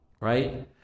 Right